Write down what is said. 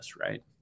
right